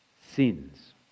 sins